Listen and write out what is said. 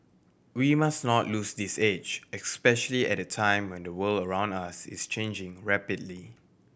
we must not lose this edge especially at a time when the world around us is changing rapidly